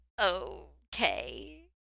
okay